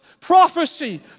prophecy